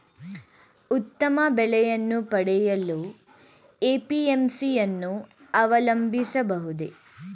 ಉತ್ತಮ ಬೆಲೆಯನ್ನು ಪಡೆಯಲು ಎ.ಪಿ.ಎಂ.ಸಿ ಯನ್ನು ಅವಲಂಬಿಸಬಹುದೇ?